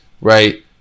right